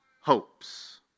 hopes